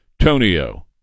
Tonio